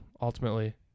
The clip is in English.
ultimately